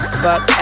fuck